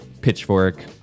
pitchfork